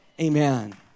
Amen